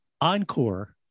Encore